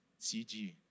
CG